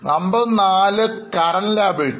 number 4 current liabilities